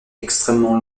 extrêmement